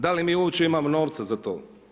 Da li mi uopće imamo novca za to?